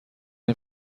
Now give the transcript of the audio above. این